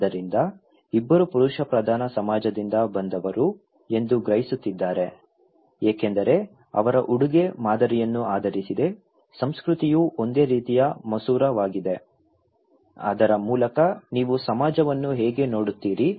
ಆದ್ದರಿಂದ ಇಬ್ಬರೂ ಪುರುಷ ಪ್ರಧಾನ ಸಮಾಜದಿಂದ ಬಂದವರು ಎಂದು ಗ್ರಹಿಸುತ್ತಿದ್ದಾರೆ ಏಕೆಂದರೆ ಅವರ ಉಡುಗೆ ಮಾದರಿಯನ್ನು ಆಧರಿಸಿದೆ ಸಂಸ್ಕೃತಿಯು ಒಂದು ರೀತಿಯ ಮಸೂರವಾಗಿದೆ ಅದರ ಮೂಲಕ ನೀವು ಸಮಾಜವನ್ನು ಹೇಗೆ ನೋಡುತ್ತೀರಿ